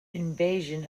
invasion